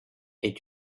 est